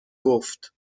گفت